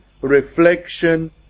reflection